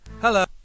Hello